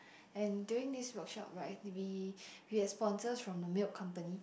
and during this workshop right we we had sponsors from the milk company